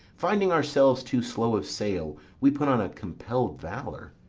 finding ourselves too slow of sail, we put on a compelled valour,